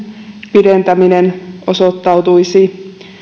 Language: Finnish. pidentäminen osoittautuisi